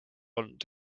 olnud